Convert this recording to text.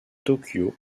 tokyo